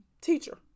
teacher